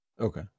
okay